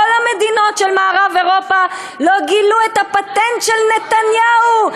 כל מדינות מערב-אירופה לא גילו את הפטנט של נתניהו.